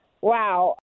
Wow